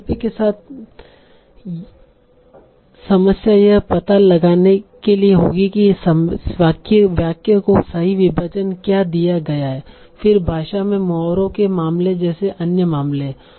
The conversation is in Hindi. NLP के साथ समस्या यह पता लगाने के लिए होगी कि इस वाक्य को सही विभाजन क्या दिया गया है फिर भाषा में मुहावरों के मामले जैसे अन्य मामले हैं